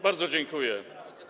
Bardzo dziękuję.